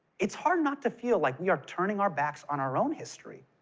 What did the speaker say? it's hard not to feel like we are turning our backs on our own history.